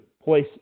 place